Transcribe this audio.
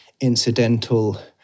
incidental